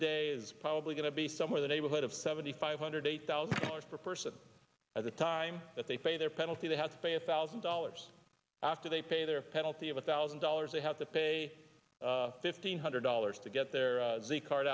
day is probably going to be somewhere the neighborhood of seventy five hundred eight thousand dollars per person at the time that they pay their penalty they have to face thousand dollars after they pay their penalty of a thousand dollars they have to pay fifteen hundred dollars to get their the card